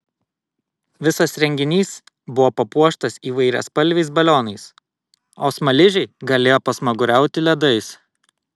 visas renginys buvo papuoštas įvairiaspalviais balionais o smaližiai galėjo pasmaguriauti ledais